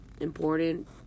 important